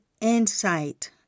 insight